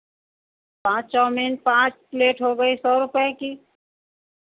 पाँच चाउमीन पाँच प्लेट हो गई सौ रुपए की